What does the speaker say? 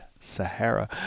Sahara